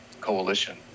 coalition